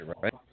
right